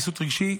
ויסות רגשי,